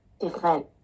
different